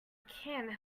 can